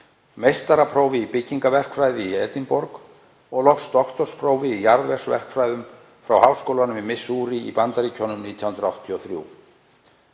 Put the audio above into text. meistaraprófi í byggingarverkfræði í Edinborg og loks doktorsprófi í jarðvegsverkfræði frá Háskólanum í Missouri í Bandaríkjunum 1983.